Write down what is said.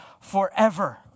Forever